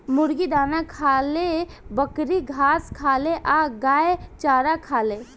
मुर्गी दाना खाले, बकरी घास खाले आ गाय चारा खाले